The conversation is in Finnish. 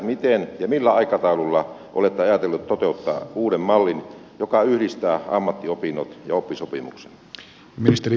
miten ja millä aikataululla olette ajatellut toteuttaa uuden mallin joka yhdistää ammattiopinnot ja oppisopimuksen